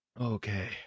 Okay